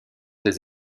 des